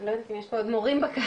לא יודעת אם יש פה עוד מורים בקהל,